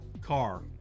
Car